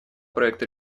проекта